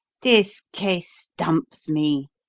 this case stumps me.